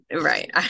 Right